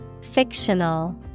Fictional